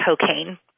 cocaine